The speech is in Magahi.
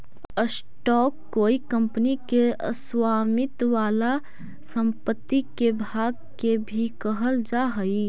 स्टॉक कोई कंपनी के स्वामित्व वाला संपत्ति के भाग के भी कहल जा हई